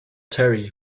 terry